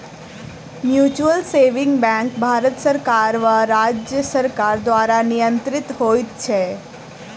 mutual saving bank Bharat सरकार वा राज्य सरकार द्वारा नियंत्रित होइत छै